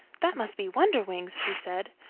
that must be wonderwings, she said.